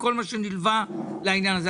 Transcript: בכל מה שנלווה לעניין הזה,